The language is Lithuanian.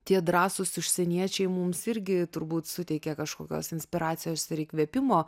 tie drąsūs užsieniečiai mums irgi turbūt suteikė kažkokios inspiracijos ir įkvėpimo